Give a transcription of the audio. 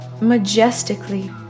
majestically